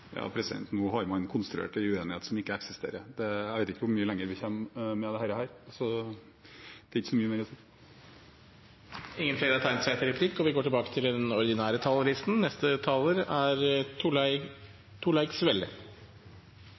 Nå har man konstruert en uenighet som ikke eksisterer. Jeg vet ikke hvor mye lenger vi kommer med dette her, så det er ikke så mye mer å si. Replikkordskiftet er omme. De talere som heretter får ordet, har